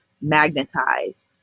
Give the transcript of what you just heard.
Magnetize